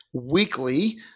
weekly